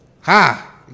Ha